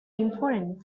important